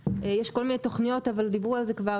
יש כל מיני תוכניות, אבל דיברו על זה כבר.